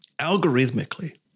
algorithmically